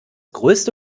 größte